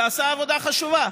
הוא עשה עבודה חשובה.